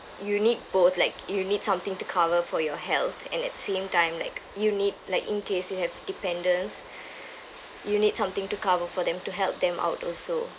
you need both like you need something to cover for your health and at same time like you need like in case you have dependents you need something to cover for them to help them out also